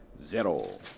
zero